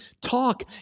talk